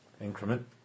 increment